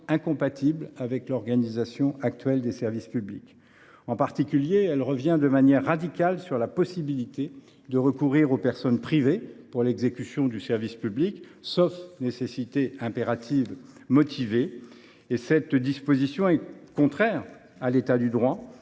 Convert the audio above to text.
incompatibles avec l’organisation actuelle des services publics. En particulier, elle revient de manière radicale sur la possibilité de recourir aux personnes privées pour l’exécution du service public, sauf « nécessité impérative motivée ». Cette disposition est contraire à l’état du droit,